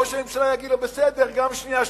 וראש הממשלה יגיד לו: בסדר, גם שנייה ושלישית,